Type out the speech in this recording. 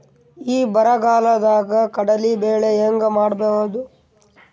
ಈ ಬರಗಾಲದಾಗ ಕಡಲಿ ಬೆಳಿ ಹೆಂಗ ಮಾಡೊದು?